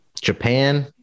Japan